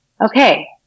okay